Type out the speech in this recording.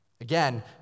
Again